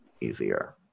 easier